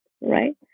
right